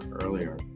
earlier